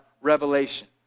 revelation